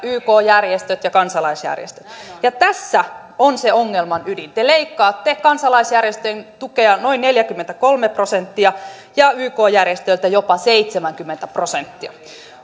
ykn järjestöt ja kansalaisjärjestöt ja tässä on se ongelman ydin te leikkaatte kansalaisjärjestöjen tukea noin neljäkymmentäkolme prosenttia ja yk järjestöiltä jopa seitsemänkymmentä prosenttia